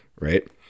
right